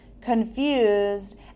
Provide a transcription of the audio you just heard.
confused